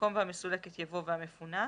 במקום "והמסולקת" יבוא "והמפונה".